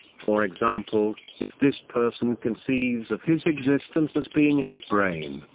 for example, if this person conceives of his existence as being his brain,